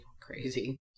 crazy